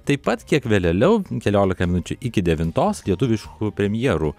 taip pat kiek vėleliau keliolika minučių iki devintos lietuviškų premjerų